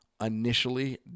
initially